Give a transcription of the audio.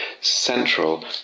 central